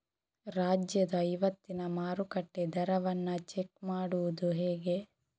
ರಾಜ್ಯದ ಇವತ್ತಿನ ಮಾರುಕಟ್ಟೆ ದರವನ್ನ ಚೆಕ್ ಮಾಡುವುದು ಹೇಗೆ?